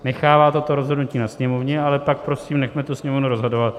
Nechává toto rozhodnutí na Sněmovně, ale pak prosím nechme Sněmovnu rozhodovat.